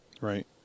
Right